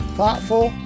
thoughtful